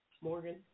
Morgan